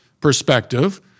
perspective